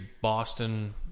Boston